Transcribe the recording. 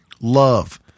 love